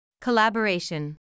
Collaboration